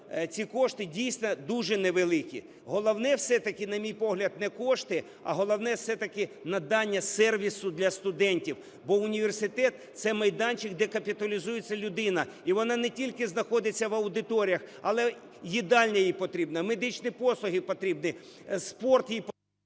ці кошти, дійсно, дуже невеликі. Головне все-таки, на мій погляд, не кошти, а головне все-таки надання сервісу для студентів, бо університет – це майданчик, де капіталізується людина, і вона не тільки знаходиться в аудиторіях, але їдальня їй потрібна, медичні послуги потрібні. Спорт їй… Веде